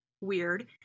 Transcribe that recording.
weird